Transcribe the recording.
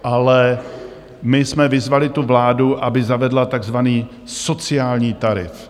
Ale my jsme vyzvali vládu, aby zavedla takzvaný sociální tarif.